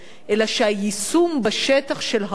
אלא שהיישום בשטח של החוק